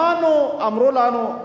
שמענו, אמרו לנו.